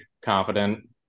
confident